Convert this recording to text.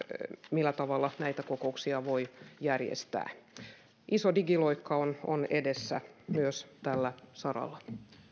millä tavalla näitä kokouksia voi järjestää iso digiloikka on on edessä myös tällä saralla